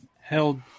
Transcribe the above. held